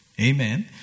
Amen